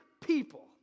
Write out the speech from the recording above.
people